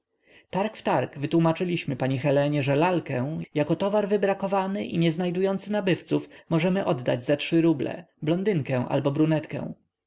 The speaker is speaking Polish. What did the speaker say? bogu targ w targ wytłómaczyliśmy pani helenie że lalkę jako towar wybrakowany i nie znajdujący nabywców możemy oddać za trzy ruble blondynkę albo brunetkę